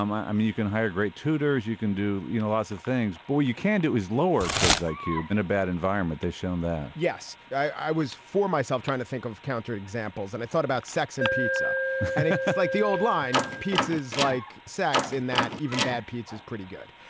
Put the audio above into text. um i i mean, you can hire great tutors. you can do you know lots of things. boy, you can do is lower kid's like iq in a bad environment. they're shown that yes, i was for myself trying to think of counter-examples and i thought about sex and pizza. it's like the old line pizzas like sex in that even bad pizza is pretty good.